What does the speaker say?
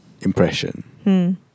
impression